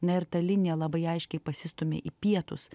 na ir ta linija labai aiškiai pasistumia į pietus